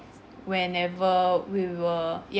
whenever we were y~